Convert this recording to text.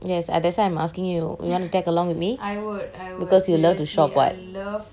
yes that's why I'm asking you you want to tag along with me because you love to shop [what]